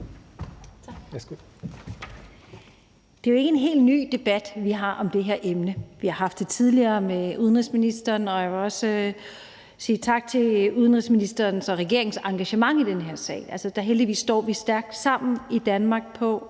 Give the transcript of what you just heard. Det er jo ikke en helt ny debat, vi har om det her emne. Vi har haft den tidligere med udenrigsministeren, og jeg vil også sige tak til udenrigsministeren for regeringens engagement i den her sag. Så heldigvis står vi stærkt sammen i Danmark om,